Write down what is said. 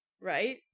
right